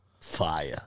Fire